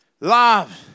love